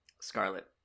Scarlet